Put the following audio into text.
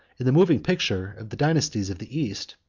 in the moving picture of the dynasties of the east,